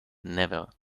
never